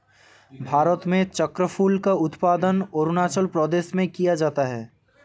भारत में चक्रफूल का उत्पादन अरूणाचल प्रदेश में किया जाता है